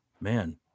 man